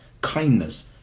kindness